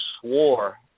swore